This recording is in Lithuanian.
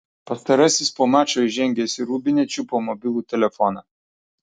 pastarasis po mačo įžengęs į rūbinę čiupo mobilų telefoną